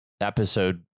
episode